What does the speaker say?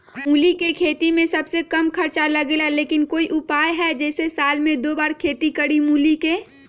मूली के खेती में सबसे कम खर्च लगेला लेकिन कोई उपाय है कि जेसे साल में दो बार खेती करी मूली के?